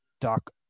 Doc